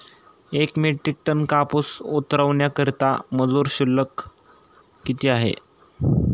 एक metric ton कापूस उतरवण्याकरता मजूर शुल्क किती आहे?